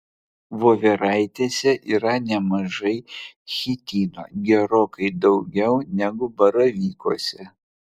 voveraitėse yra nemažai chitino gerokai daugiau negu baravykuose